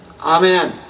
Amen